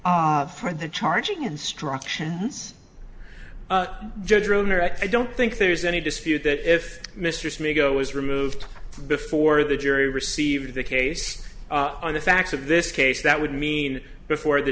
present for the charging instructions judge i don't think there's any dispute that if mr smith go was removed before the jury received the case on the facts of this case that would mean before the